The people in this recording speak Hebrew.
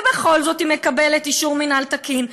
ובכל זאת היא מקבלת אישור מינהל תקין,